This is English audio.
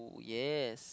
yes